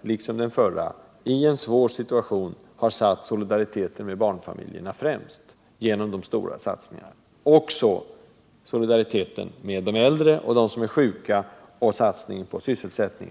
liksom den förra, i en svår situation genom dessa stora satsningar har satt solidariteten med barnfamiljerna främst. Detsamma gäller satsningen på de äldre och de sjuka liksom på sysselsättningen.